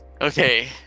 Okay